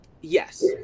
Yes